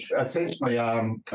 Essentially